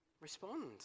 respond